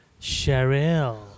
Cheryl